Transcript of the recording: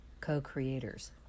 co-creators